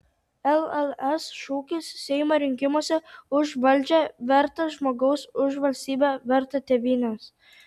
lls šūkis seimo rinkimuose už valdžią vertą žmogaus už valstybę vertą tėvynės